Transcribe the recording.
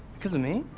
because of me?